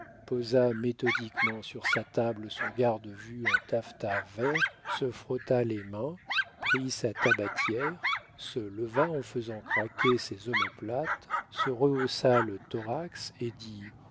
méthodiquement sur sa table son garde-vue en taffetas vert se frotta les mains prit sa tabatière se leva en faisant craquer ses omoplates se rehaussa le thorax et dit